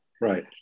Right